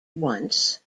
once